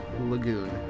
Lagoon